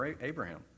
Abraham